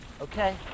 Okay